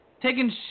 taking